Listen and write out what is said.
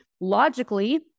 logically